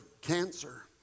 cancer